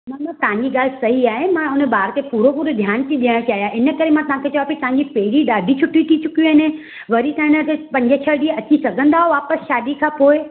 न न तहांजी ॻाल्हि सही आहे मां हुन ॿारु खे पूरो पूरो ध्यानु थी ॾियण चाहियां इन करे मां तव्हांखे चवां पई तव्हांजी पहिरीं ॾाढी छुट्टी थी चुकियूं आहिनि वरी तव्हां हिनखे पंज छह ॾींहं अची सघंदा हो वापसि शादी खां पोइ